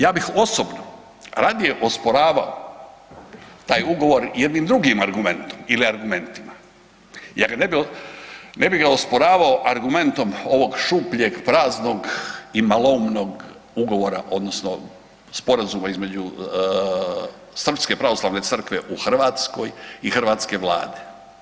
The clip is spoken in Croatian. Ja bih osobno radije osporavao taj ugovor jednim drugim argumentom ili argumentima jer ne bi ga osporavao argumentom ovog šupljeg praznog i maloumnog ugovora odnosno sporazuma između srpske pravoslavne crkve u Hrvatskoj i hrvatske Vlade.